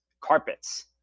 carpets